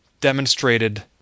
demonstrated